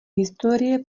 historie